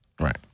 Right